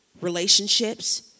relationships